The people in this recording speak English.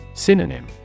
Synonym